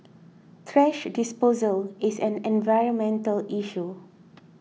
thrash disposal is an environmental issue